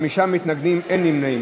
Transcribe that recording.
חמישה מתנגדים, אין נמנעים.